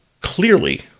Clearly